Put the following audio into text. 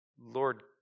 Lord